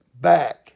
back